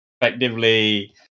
effectively